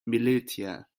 militia